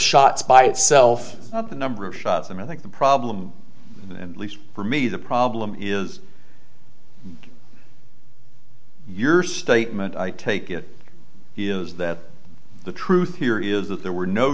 shots by itself the number of shots and i think the problem least for me the problem is your statement i take it is that the truth here is that there were no